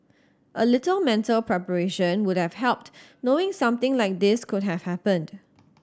a little mental preparation would have helped knowing something like this could have happened